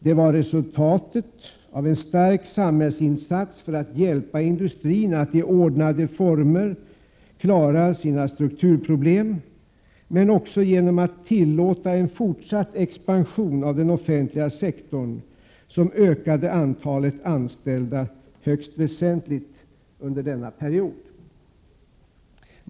Det var resultatet av en stark samhällsinsats för att hjälpa industrin att i ordnade former klara sina strukturproblem, men också genom att tillåta en fortsatt expansion av den offentliga sektorn ökade antalet anställda högst väsentligt under denna period.